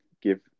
give